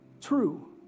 true